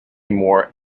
more